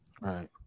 Right